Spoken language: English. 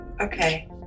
Okay